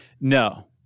No